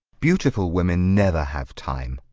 beautiful women never have time.